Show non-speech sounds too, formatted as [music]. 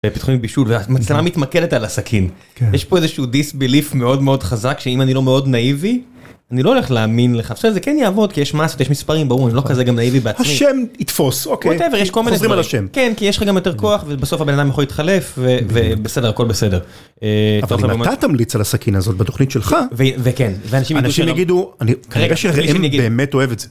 בתוכנית בישול והמצלמה מתמקדת על הסכין. כן. יש פה איזה שהוא דיסבליף מאוד מאוד חזק שאם אני לא מאוד נאיבי אני לא הולך להאמין לך עכשיו זה כן יעבוד כי יש [unintelligible] ויש מספרים ברור אני לא כזה גם נאיבי בעצמי השם יתפוס. אוקיי ווטאבר. חוזרים על השם. כן, כי יש לך גם יותר כוח ובסוף הבן אדם יכול להתחלף ובסדר הכל בסדר. אתה תמליץ על הסכין הזאת בתוכנית שלך וכן אנשים יגידו אני באמת אוהב את זה.